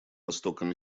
востоком